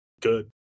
good